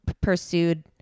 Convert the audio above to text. pursued